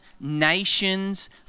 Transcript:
nations